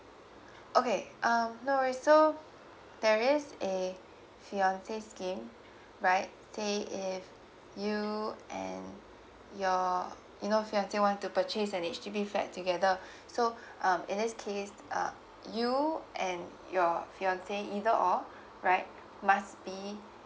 okay um no worries so there is a fiance shceme right say if you and your you know fiance want to purchase an H_D_B flat together so um in this case uh you and your your fiance either or right must be